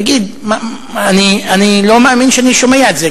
תגיד, אני לא מאמין שאני שומע את זה.